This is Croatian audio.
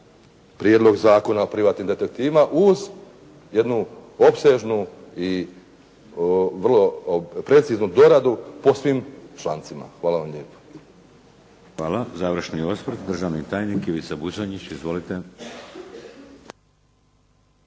Prijedlog zakona o privatnim detektivima uz jednu opsežnu i vrlo preciznu doradu po svim člancima. Hvala vam lijepa. **Šeks, Vladimir (HDZ)** Hvala. Završni osvrt državni tajnik Ivica Buconjić. Izvolite.